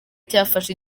cyafashe